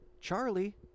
Charlie